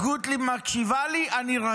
אבל כל עוד טלי גוטליב מקשיבה לי, אני רגוע.